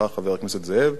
עמדתך בדיוק כעמדתי.